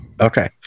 okay